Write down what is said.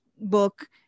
book